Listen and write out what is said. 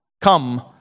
come